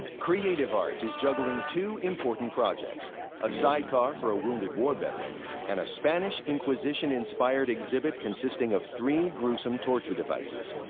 creative arts is juggling two important projects a sidecar for a wounded war veteran and a spanish inquisition inspired exhibit, consisting of three gruesome torture devices.